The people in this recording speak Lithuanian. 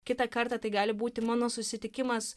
kitą kartą tai gali būti mano susitikimas